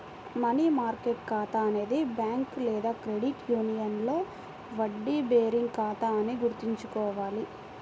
money market ఖాతా అనేది bank లేదా క్రెడిట్ యూనియన్లో వడ్డీ బేరింగ్ ఖాతా అని గుర్తుంచుకోవాలి